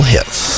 Hits